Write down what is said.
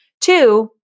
Two